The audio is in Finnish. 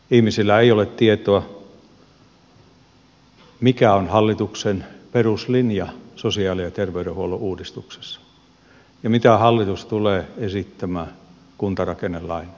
ihmisillä ei ole tietoa mikä on hallituksen peruslinja sosiaali ja terveydenhuollon uudistuksessa ja mitä hallitus tulee esittämään kuntarakennelain suhteen